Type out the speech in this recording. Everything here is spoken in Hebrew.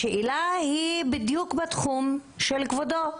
השאלה היא בדיוק בתחום של כבודו.